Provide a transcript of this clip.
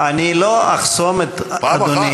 אני לא אחסום את אדוני,